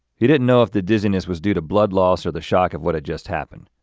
he didn't know if the dizziness was due to blood loss or the shock of what had just happened.